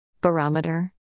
Barometer